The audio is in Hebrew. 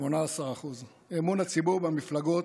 18%; אמון הציבור במפלגות,